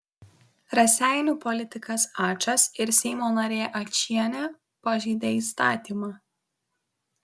raseinių politikas ačas ir seimo narė ačienė pažeidė įstatymą